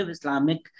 Islamic